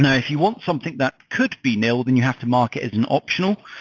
and if you want something that could be nil, then you have to mark it as an optional.